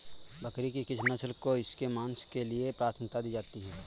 बकरी की किस नस्ल को इसके मांस के लिए प्राथमिकता दी जाती है?